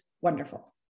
wonderful